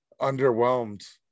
underwhelmed